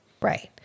Right